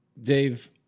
Dave